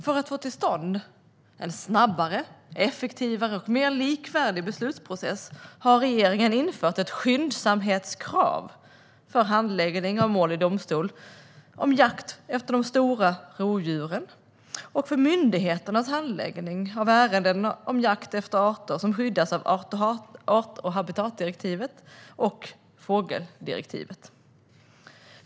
För att få till stånd en snabbare, effektivare och mer likvärdig beslutsprocess har regeringen infört ett skyndsamhetskrav för handläggning av mål i domstol om jakt efter de stora rovdjuren och för myndigheternas handläggning av ärenden om jakt efter arter som skyddas av art och habitatdirektivet och fågeldirektivet.